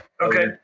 Okay